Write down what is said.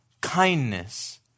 kindness